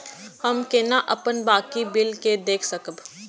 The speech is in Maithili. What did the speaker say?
हम केना अपन बाकी बिल के देख सकब?